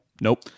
Nope